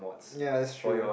ya that's true